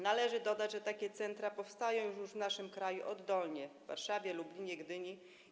Należy dodać, że takie centra powstają już w naszym kraju oddolnie - w Warszawie, Lublinie, Gdyni.